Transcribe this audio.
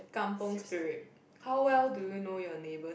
kampung spirit how well do you know your neighbours